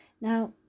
Now